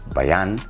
Bayan